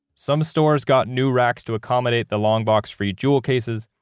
some stores got new racks to accommodate the long box free jewel cases.